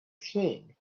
swing